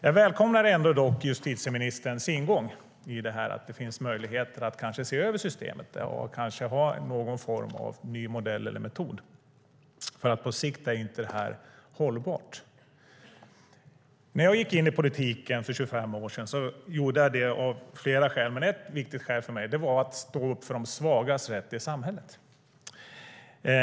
Jag välkomnar dock justitieministerns ingång i det här, att det finns möjligheter att kanske se över systemet och kanske ha någon form av ny modell eller metod, för på sikt är inte det här hållbart. När jag gick in i politiken för 25 år sedan gjorde jag det av flera skäl, men ett viktigt skäl för mig var att stå upp för de svagas rätt i samhället.